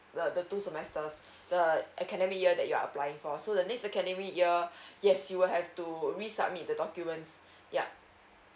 the the two semesters the academic year that you are applying for so the next academy year yes you will have to re submit the documents yup